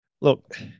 Look